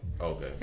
Okay